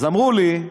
אז אמרו לי: